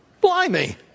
blimey